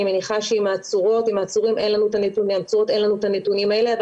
אני מניחה שלגבי העצורות אין לנו את הנתונים האלה,